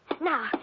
Now